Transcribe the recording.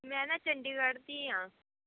ਮੈਂ ਨਾ ਚੰਡੀਗੜ੍ਹ ਦੀ ਹਾਂ